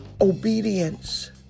obedience